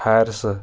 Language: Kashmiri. حارثہٕ